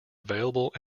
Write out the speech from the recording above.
available